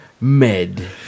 Med